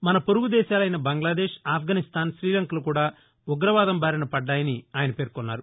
మన పొరుగు దేశాలైన బంగ్లాదేశ్ ఆప్ఘనిస్తాన్ శ్రీలంకలు కూడా ఉగ్రవాదం బారిన పడ్డాయని ఆయన అన్నారు